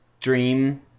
dream